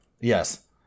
Yes